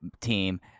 team